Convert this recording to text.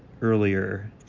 earlier